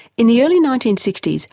in the early nineteen sixty s,